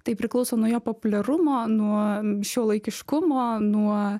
tai priklauso nuo jo populiarumo nuo šiuolaikiškumo nuo